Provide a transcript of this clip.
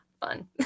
fun